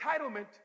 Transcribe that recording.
entitlement